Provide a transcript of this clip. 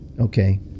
Okay